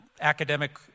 academic